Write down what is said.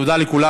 תודה לכולם.